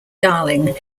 darling